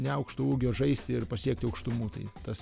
neaukšto ūgio žaisti ir pasiekti aukštumų tai tas